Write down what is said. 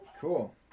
Cool